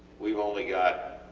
weve only got,